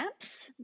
apps